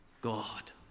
God